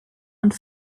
und